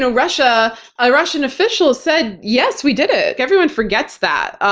ah russian but ah russian official said, yes. we did it. everyone forgets that,